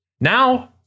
now